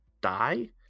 die